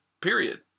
period